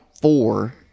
four